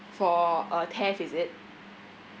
for a theft is it